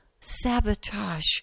sabotage